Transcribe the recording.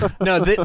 No